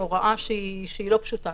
הוראה שהיא לא פשוטה,